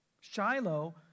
Shiloh